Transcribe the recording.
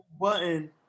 button